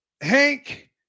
Hank